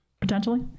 potentially